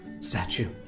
statue